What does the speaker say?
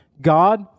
God